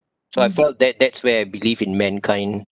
so I felt that that's where I believe in mankind